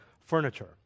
furniture